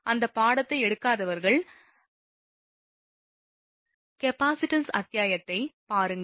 அந்த பாடத்தை எடுக்காதவர்கள் கேபிசிடேன்ஸ் அத்தியாயத்தை பாருங்கள்